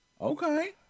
Okay